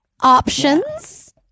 Options